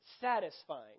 satisfying